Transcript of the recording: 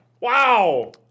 Wow